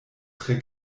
tre